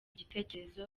igitekerezo